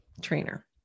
trainer